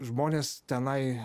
žmonės tenai